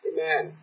Amen